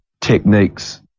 techniques